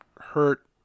hurt